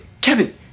Kevin